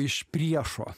iš priešo